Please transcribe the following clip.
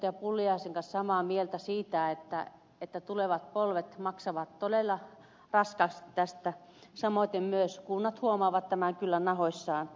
pulliaisen kanssa samaa mieltä siitä että tulevat polvet maksavat todella raskaasti tästä samoiten myös kunnat huomaavat tämän kyllä nahoissaan